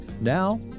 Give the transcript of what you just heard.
Now